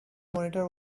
monitor